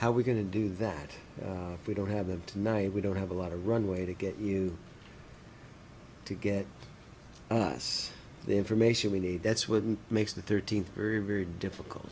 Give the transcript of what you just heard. how we going to do that if we don't have them tonight we don't have a lot of runway to get you to get us the information we need that's wouldn't make the thirteenth very very difficult